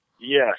Yes